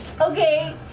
Okay